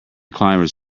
climbers